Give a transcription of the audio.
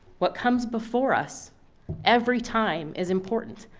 what comes before us every time is important.